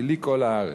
כי לי כל הארץ."